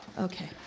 Okay